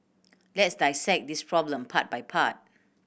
let's dissect this problem part by part